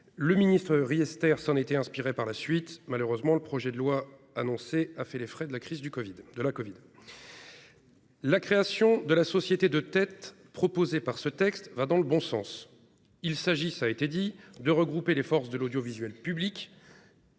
Franck Riester s'en était inspiré par la suite. Malheureusement, le projet de loi annoncé a fait les frais de la crise de la covid-19. La création d'une société de tête proposée par ce texte va dans le bon sens. Il s'agit de regrouper les forces de l'audiovisuel public